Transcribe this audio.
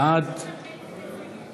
בעד